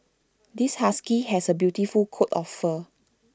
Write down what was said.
this husky has A beautiful coat of fur